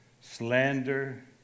slander